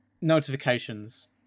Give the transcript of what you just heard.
notifications